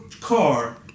car